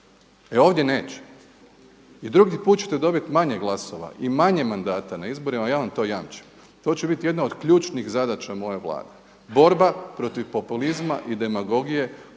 E ovdje neće! I drugi put ćete dobiti manje glasova i manje mandata na izborima ja vam to jamčim. To će biti jedna od ključnih zadaća moje Vlade – borba protiv populizma i demagogije